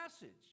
message